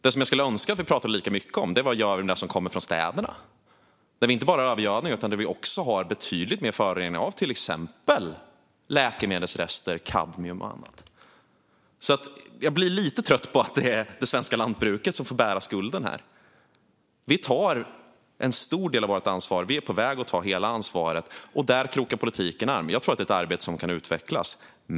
Det jag skulle önska att vi pratade lika mycket om är den övergödning som kommer från städerna. Där har vi inte bara övergödning utan också betydligt mer föroreningar av läkemedelsrester, kadmium och annat. Jag blir lite trött på att det är det svenska lantbruket som får bära skulden här. Vi tar en stor del av vårt ansvar. Vi är på väg att ta hela ansvaret, och där krokar politiken arm. Jag tror att det är ett arbete som kan utvecklas.